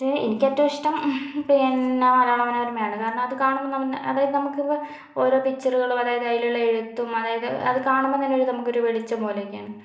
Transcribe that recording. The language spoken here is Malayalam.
പക്ഷെ എനിക്ക് ഏറ്റവും ഇഷ്ട്ടം പിന്നെ മലയാള മനോരമയാണ് കാരണം അത് കാണുമ്പോൾ അതായത് നമുക്കിപ്പോൾ ഓരോ പിക്ചറുകളും അതായത് അതിലുള്ള എഴുത്തും അതായത് അത് കാണുമ്പോൾ തന്നെ നമുക്കൊരു വെളിച്ചം പോലെയൊക്കെയാണ്